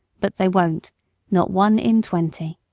but they won't not one in twenty.